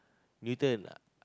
Newton